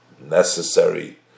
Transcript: necessary